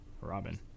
Robin